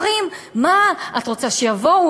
אומרים: מה, את רוצה שיבואו?